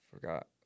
Forgot